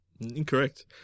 Incorrect